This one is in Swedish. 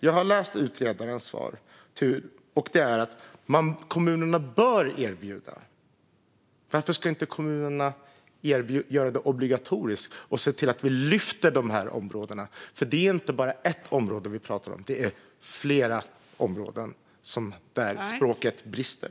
Jag har läst utredarens svar, där det står att kommunerna bör erbjuda språkförskola. Varför ska inte kommunerna göra det obligatoriskt och se till att vi lyfter de här områdena? Det är inte bara ett område vi pratar om, utan det är flera områden där språket brister.